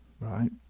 right